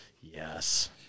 Yes